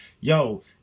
Yo